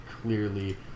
clearly